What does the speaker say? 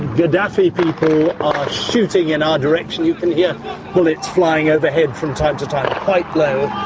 gaddafi people are shooting in our direction. you can hear bullets flying overhead from time-to-time, quite low.